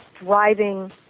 driving